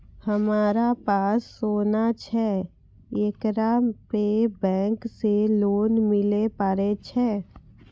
हमारा पास सोना छै येकरा पे बैंक से लोन मिले पारे छै?